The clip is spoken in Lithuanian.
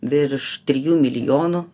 virš trijų milijonų